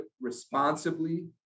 responsibly